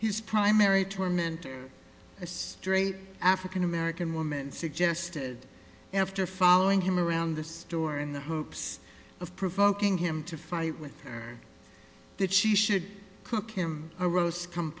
his primary tormentor a straight african american woman suggested after following him around the store in the hopes of provoking him to fight with her that she should cook him a roast com